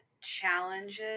challenges